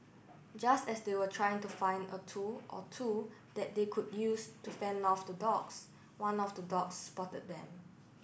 just as they were trying to find a tool or two that they could use to fend off the dogs one of the dogs spotted them